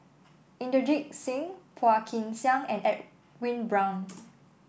Inderjit Singh Phua Kin Siang and Edwin Brown